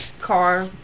car